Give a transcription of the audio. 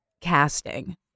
casting